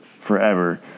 forever